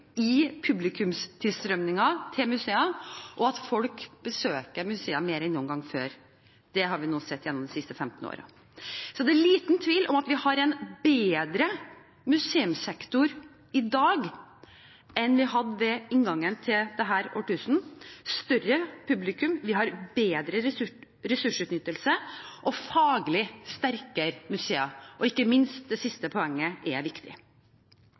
i publikumstilstrømningen til museene, og at folk besøker museene mer enn noen gang før. Det har vi sett gjennom de siste 15 årene. Det er liten tvil om at vi har en bedre museumssektor i dag enn vi hadde ved inngangen til dette årtusen – et større publikum, bedre ressursutnyttelse og faglig sterkere museer. Ikke minst det siste poenget er viktig.